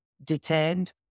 detained